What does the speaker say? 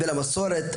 בין המסורת,